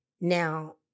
Now